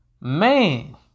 man